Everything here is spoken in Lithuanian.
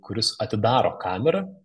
kuris atidaro kamerą